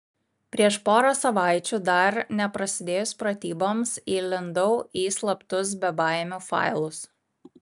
prieš porą savaičių dar neprasidėjus pratyboms įlindau į slaptus bebaimių failus